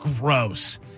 Gross